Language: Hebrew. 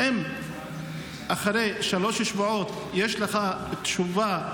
האם אחרי שלושה שבועות יש לך תשובה,